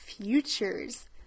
futures